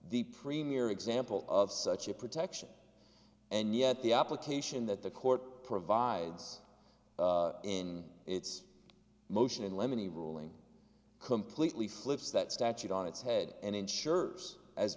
the premier example of such a protection and yet the application that the court provides in its motion in lemony ruling completely flips that statute on its head and ensures as